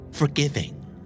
Forgiving